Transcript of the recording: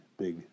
big